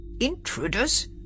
Intruders